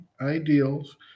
ideals